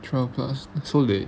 twelve plus so late